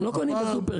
לא קונות בסופרים.